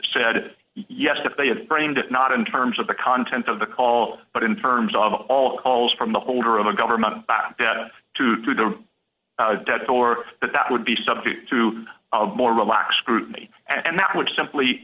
said yes they have framed it not in terms of the content of the call but in terms of all the calls from the holder of the government to the dead or that that would be subject to more relaxed scrutiny and that would simply